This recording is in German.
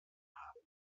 haben